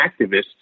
activists